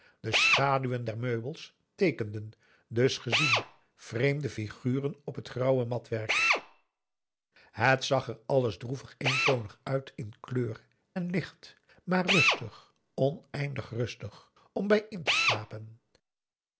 de schaduwen der meubels teekenden dus gezien vreemde figuren op het grauwe matwerk het zag er alles droevig eentonig uit in kleur en licht maar rustig oneindig rustig om bij in te slapen